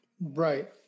Right